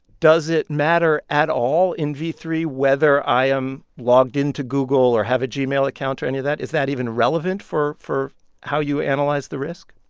does it matter at all in v three whether i am logged in to google or have a gmail account or any of that? is that even relevant for for how you analyze the risk?